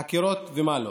חקירות ומה לא,